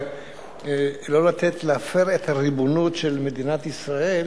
לא לתת להפר את הריבונות של מדינת ישראל,